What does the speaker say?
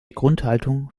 grundhaltung